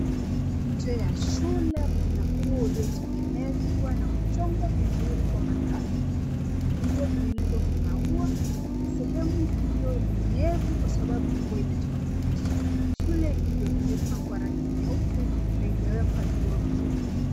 Nje ya shule kuna ua uliotengenezwa na kuchongwa vizuri kwa makasi uliotengenezwa kwa maua .Sehemu hiyo ni nyevu kwa sababu mvua imetoka kunyesha . Shule hiyo imepakwa rangi nyeupe na imewekwa vioo vyeupe.